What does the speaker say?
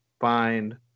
find